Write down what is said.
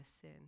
sin